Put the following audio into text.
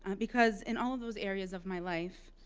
and because in all of those areas of my life,